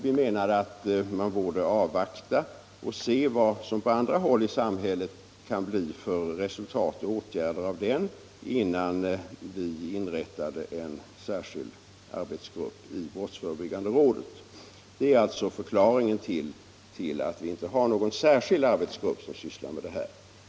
Vi menade att man borde avvakta vilka resultat den utredningen kom fram till när det gäller olika samhällsområden innan vi inrättade en särskild arbetsgrupp i brottsförebyggande rådet. Det är alltså förklaringen till att vi inte har någon särskild arbetsgrupp som sysslar med detta.